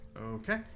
Okay